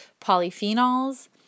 polyphenols